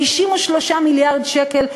53 מיליארד שקל,